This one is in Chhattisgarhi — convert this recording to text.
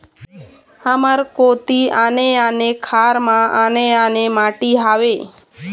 हमर कोती आने आने खार म आने आने माटी हावे?